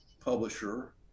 publisher